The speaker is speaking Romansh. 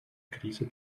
crisa